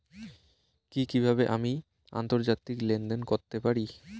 কি কিভাবে আমি আন্তর্জাতিক লেনদেন করতে পারি?